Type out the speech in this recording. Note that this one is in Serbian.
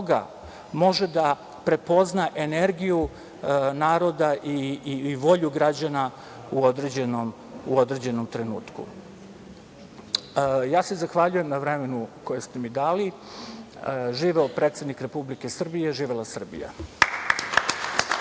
može da prepozna energiju naroda i volju građana u određenom trenutku. Zahvaljujem se na vremenu koje ste mi dali. Živeo predsednik Republike Srbije! Živela Srbija!